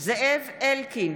זאב אלקין,